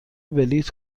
بلیط